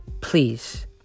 please